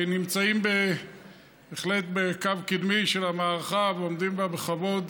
שנמצאים בהחלט בקו קדמי של המערכה ועומדים בה בכבוד.